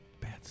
bad